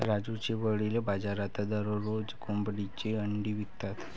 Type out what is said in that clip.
राजूचे वडील बाजारात दररोज कोंबडीची अंडी विकतात